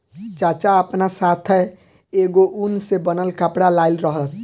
चाचा आपना साथै एगो उन से बनल कपड़ा लाइल रहन